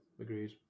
agreed